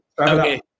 Okay